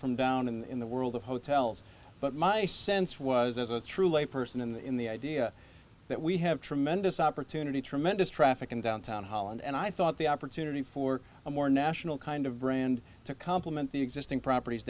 from down in the world of hotels but my sense was as a true layperson in the idea that we have tremendous opportunity tremendous traffic in downtown holland and i thought the opportunity for a more national kind of brand to complement the existing propert